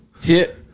Hit